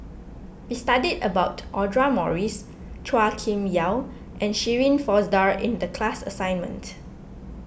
we studied about Audra Morrice Chua Kim Yeow and Shirin Fozdar in the class assignment